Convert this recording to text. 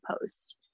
post